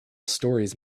stories